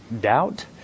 doubt